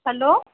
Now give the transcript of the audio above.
hello